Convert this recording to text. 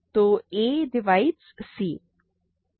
तो a divides c